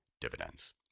dividends